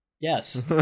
yes